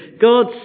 God